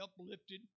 uplifted